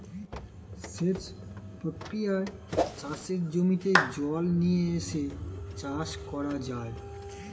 সেচ প্রক্রিয়ায় চাষের জমিতে জল নিয়ে এসে চাষ করা যায়